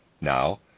Now